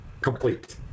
complete